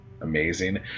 amazing